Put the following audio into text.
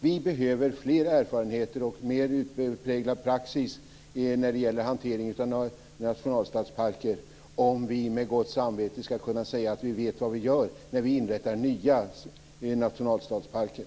Vi behöver fler erfarenheter och mer utpräglad praxis när det gäller hanteringen av nationalstadsparker om vi med gott samvete ska kunna säga att vi vet vad vi gör när vi inrättar nya nationalstadsparker.